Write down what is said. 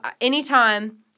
anytime